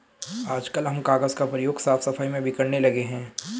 आजकल हम कागज का प्रयोग साफ सफाई में भी करने लगे हैं